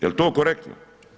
Jel to korektno?